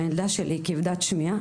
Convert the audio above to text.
הילדה שלי כבדת שמיעה,